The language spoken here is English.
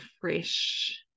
fresh